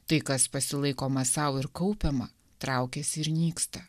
tai kas pasilaikoma sau ir kaupiama traukiasi ir nyksta